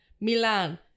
Milan